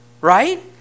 right